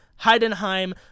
Heidenheim